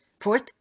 Fourth